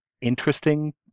interesting